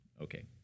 Okay